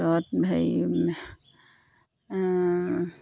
ত'ত হেৰি